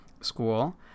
school